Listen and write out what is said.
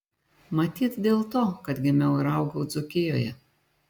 matyt dėl to kad gimiau ir augau dzūkijoje